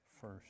first